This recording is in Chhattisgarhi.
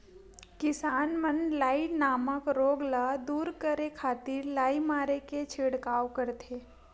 किसान मन लाई नामक रोग ल दूर करे खातिर लाई मारे के छिड़काव करथे